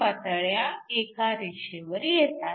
पातळ्या एका रेषेवर येतात